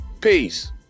Peace